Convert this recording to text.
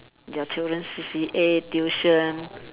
your children C_C_A tuition